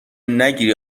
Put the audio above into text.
نگیری